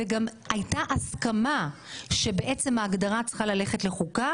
הייתה הסכמה שבעצם ההגדרה צריכה ללכת לחוקה